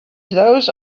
those